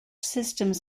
systems